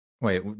Wait